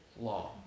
law